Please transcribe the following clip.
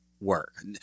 work